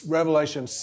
Revelation